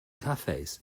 cafes